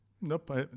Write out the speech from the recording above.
Nope